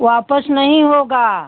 वापस नहीं होगा